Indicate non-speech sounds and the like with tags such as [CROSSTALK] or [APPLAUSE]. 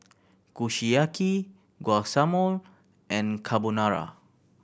Kushiyaki [UNINTELLIGIBLE] and Carbonara